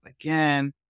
again